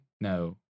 no